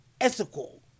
ethical